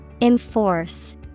Enforce